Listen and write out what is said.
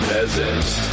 Peasants